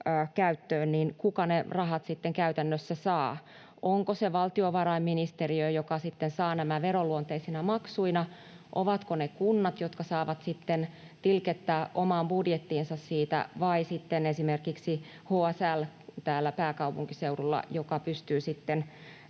käyttöön, niin kuka ne rahat sitten käytännössä saa. [Suna Kymäläisen välihuuto] Onko se valtiovarainministeriö, joka sitten saa nämä veroluonteisina maksuina? Ovatko ne kunnat, jotka saavat sitten tilkettä omaan budjettiinsa siitä, vai onko se esimerkiksi HSL täällä pääkaupunkiseudulla, joka pystyy sitten